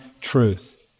truth